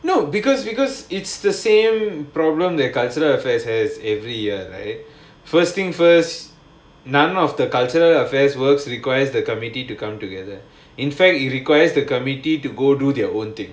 no because because it's the same problem that cultural affairs have every year right first thing first none of the cultural affairs works requires the committee to come together in fact it requires the committee to go do their own thing